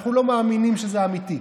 אנחנו לא מאמינים שזה אמיתי.